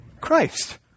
Christ